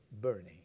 burning